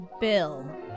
bill